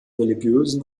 religiösen